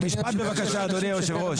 משפט בבקשה, אדוני יושב הראש.